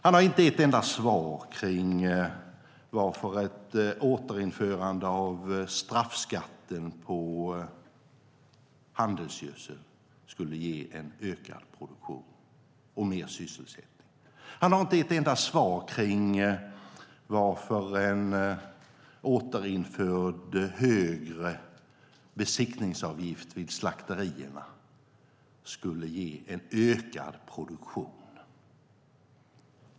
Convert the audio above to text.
Han har inte ett enda svar på varför ett återinförande av straffskatten på handelsgödsel skulle ge en ökad produktion och mer sysselsättning. Han har inte ett enda svar på varför en återinförd högre besiktningsavgift vid slakterierna skulle ge en ökad produktion.